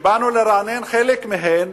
וכשבאנו לרענן חלק מהן,